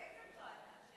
באיזו טענה?